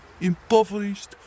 impoverished